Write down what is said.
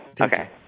Okay